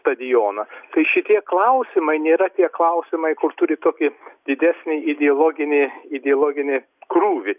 stadioną tai šitie klausimai nėra tie klausimai kur turi tokį didesnį ideologinį ideologinį krūvį